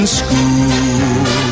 school